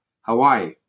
Hawaii